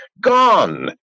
Gone